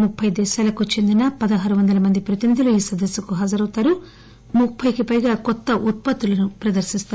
ముప్పె దేశాలకు చెందిన పదహారు వందల మంది ప్రతినిధులు ఈ సదస్సుకు హాజరవుతారు ముప్పె కి పైగా కొత్త ఉత్పత్తులను ప్రదర్శిస్తారు